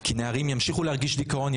כי נערים ימשיכו להרגיש דיכאון,